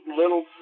little